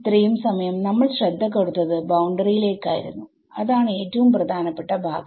ഇത്രയും സമയം നമ്മൾ ശ്രദ്ധ കൊടുത്തത് ബൌണ്ടറിബൌണ്ടറിയിലേക്കായിരുന്നു അതാണ് ഏറ്റവും പ്രധാനപ്പെട്ട ഭാഗം